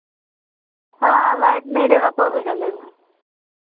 हाँ लाइट नहीं रहेगा तो भी जलेगा